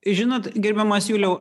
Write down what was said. žinot gerbiamas juliau